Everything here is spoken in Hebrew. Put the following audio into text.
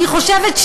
אני חושבת,